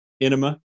Enema